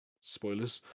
Spoilers